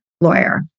lawyer